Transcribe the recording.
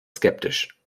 skeptisch